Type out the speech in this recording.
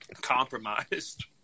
compromised